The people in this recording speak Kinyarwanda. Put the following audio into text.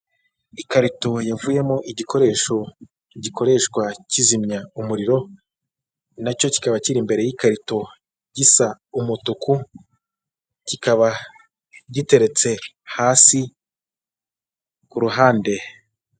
Ikarito yavuyemo igikoresho gikoreshwa kizimya umuriro, nacyo kikaba kiri imbere y'ikarito gisa umutuku, kikaba giteretse hasi ku ruhande.